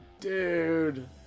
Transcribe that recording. Dude